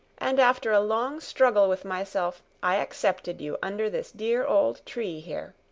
and after a long struggle with myself i accepted you under this dear old tree here.